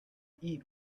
eat